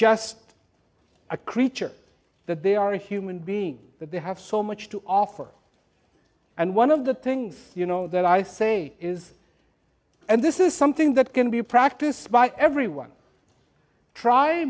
just a creature that they are a human being that they have so much to offer and one of the things you know that i say is and this is something that can be practiced by everyone try